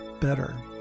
better